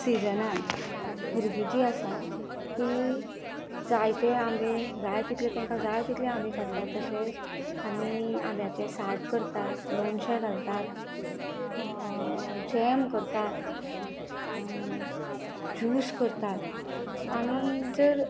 सिजनांत भुरगीं जी आसा तीं जायते आंबे जाय तितले तेंका जाय तितले आंबे खातात तशेंच आमी आंब्याचे साठ करतात लोणचे घालतात जॅम करतात जूस करतात आनी जर